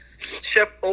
Chef